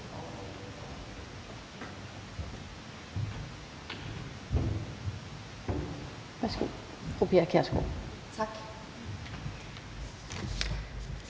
Værsgo,